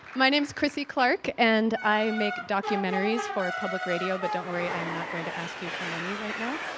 my name's chrissy clark, and and i make documentaries for public radio, but don't worry, i'm not going to ask you for money right now.